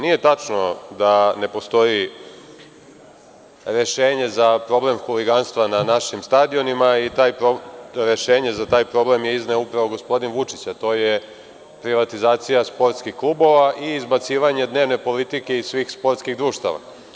Nije tačno da ne postoji rešenje za problem huliganstva na našim stadionima i rešenje za taj problem je izneo upravo gospodin Vučić, a to je privatizacija sportskih klubova i izbacivanje dnevne politike iz svih sportskih društava.